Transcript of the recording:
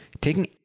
taking